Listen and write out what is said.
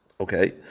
Okay